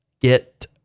Get